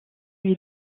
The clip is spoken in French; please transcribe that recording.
lui